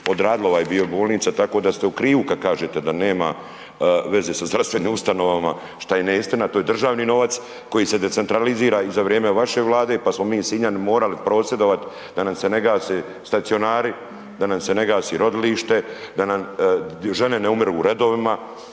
odradili ovaj dio bolnica, tako da ste u krivu kad kažete da nema veze sa zdravstvenim ustanovama, šta je neistina, to je državni novac koji se decentralizira i za vrijeme vaše Vlade, pa smo mi Sinjani morali prosvjedovat da nam se ne gase stacionari, da nam se ne gasi rodilište, da nam žene ne umiru u redovima,